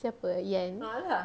siapa ian